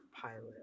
pilot